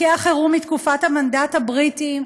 חוקי החירום מתקופת המנדט הבריטי.